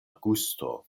gusto